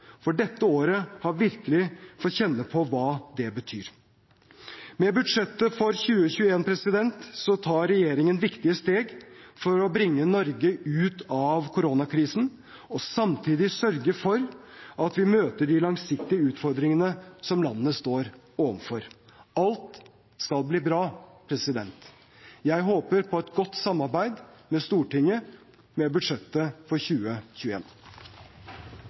For dette året har vi virkelig fått kjenne på hva det betyr. Med budsjettet for 2021 tar regjeringen viktige steg for å bringe Norge ut av koronakrisen og samtidig sørge for at vi møter de langsiktige utfordringene som landet står overfor. Alt skal bli bra. Jeg håper på et godt samarbeid med Stortinget om budsjettet for